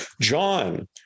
John